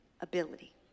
ability